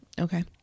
Okay